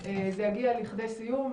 זה יגיע לכדי סיום.